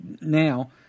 now